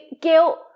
Guilt